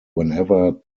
whenever